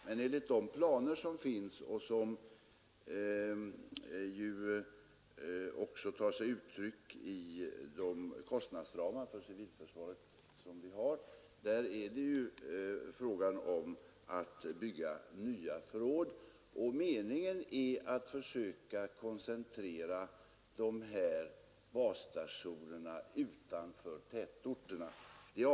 Men enligt våra planer, som är beroende av civilförsvarets kostnadsram, skall vi försöka koncentrera dessa basstationer utanför tätorterna.